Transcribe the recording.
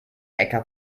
äcker